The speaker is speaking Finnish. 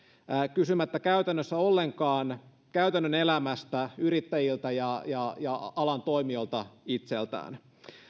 kysymättä käytännössä ollenkaan käytännön elämästä yrittäjiltä ja ja alan toimijoilta itseltään